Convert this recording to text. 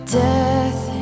death